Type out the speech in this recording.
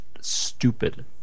stupid